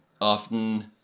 often